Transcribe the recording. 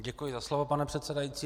Děkuji za slovo, pane předsedající.